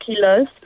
kilos